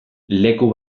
leku